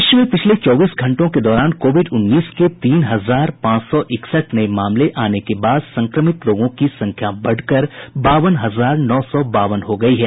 देश में पिछले चौबीस घंटों के दौरान कोविड उन्नीस के तीन हजार पांच सौ इकसठ नये मामले आने के बाद संक्रमित लोगों की संख्या बावन हजार नौ सौ बावन हो गई है